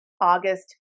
August